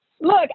look